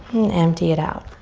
and empty it out.